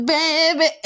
baby